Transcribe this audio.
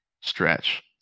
stretch